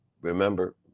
Remember